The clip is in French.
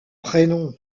prénom